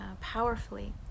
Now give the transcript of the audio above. powerfully